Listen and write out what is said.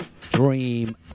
Dream